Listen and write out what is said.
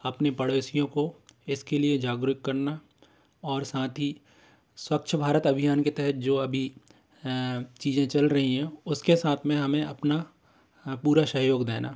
अपने पड़ोसियों को इसके लिए जागरूत करना और साथ ही स्वच्छ भारत अभियान के तहत जो अभी चीज़ें चल रही हैं उसके साथ में हमें अपना पूरा सहयोग देना